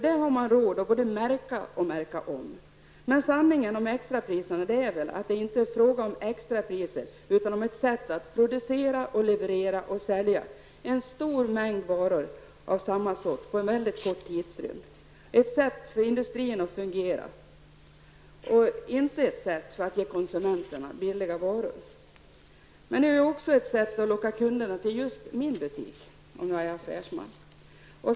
Där har man råd att både märka och märka om. Men sanningen om extrapriserna är väl att det inte är fråga om extrapriser utan ett sätt att producera, leverera och sälja en stor mängd varor av samma sort på en kort tidsrymd. Det är ett sätt för industrin att fungera och inte ett sätt att ge konsumenterna billiga varor. Det är också ett sätt att locka kunderna till just min butik, om jag nu är affärsman.